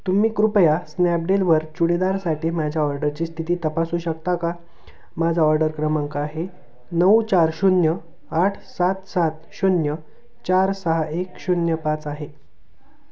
तुम्ही कृपया स्नॅपडीलवर चुडीदारसाठी माझ्या ऑर्डरची स्थिती तपासू शकता का माझा ऑर्डर क्रमांक आहे नऊ चार शून्य आठ सात सात शून्य चार सहा एक शून्य पाच आहे